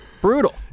brutal